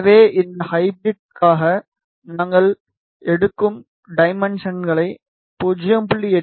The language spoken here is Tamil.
எனவே இந்த ஹைபிரிட்காக நாங்கள் எடுக்கும் டைமென்ஷன்களை 0